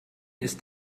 ist